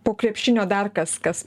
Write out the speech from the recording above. po krepšinio dar kas kas